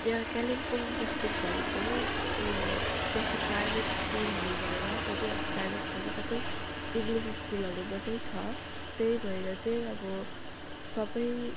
यहाँ कालिम्पोङ डिस्ट्रिकभरी चाहिँ उयो बेसी प्राइभेट स्कुलहरू भएर त्यो चाहिँ अब प्राइभेट स्कुल चाहिँ सबै इङ्लिस स्कुलहरू मात्रै छ त्यही भएर चाहिँ अब सबै